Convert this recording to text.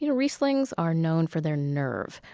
you know rieslings are known for their nerve.